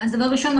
אז דבר ראשון,